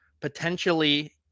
potentially